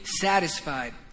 satisfied